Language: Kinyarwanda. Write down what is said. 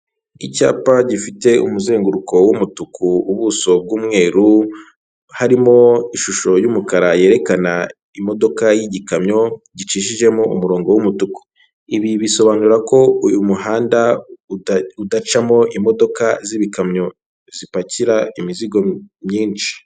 Icyapa gifite umuzenguruko w'umutuku, ubuso bw'umweru, harimo ishusho y'umukara yerekana imodoka y'igikamyo gicishijemo umurongo w'umutuku, ibi bisobanura ko uyu muhanda udacamo imodoka z'ibikamyo zipakira imizigo myinshi.